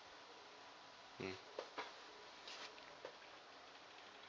mm